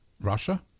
Russia